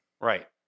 Right